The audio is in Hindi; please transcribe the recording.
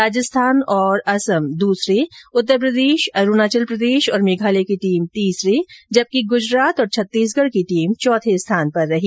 राजस्थान और असम दूसरे उत्तर प्रदेश अरुणाचल प्रदेश और मेघालय की टीम तीसरे जबकि गुजरात और छत्तीसगढ़ की टीम चौथे स्थान पर रही